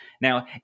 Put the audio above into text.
Now